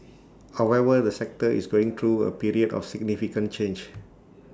however the sector is going through A period of significant change